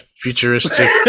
futuristic